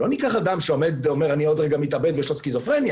לא ניקח אדם שאומר שהוא עוד רגע מתאבד ויש לו סכיזופרניה,